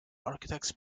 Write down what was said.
architects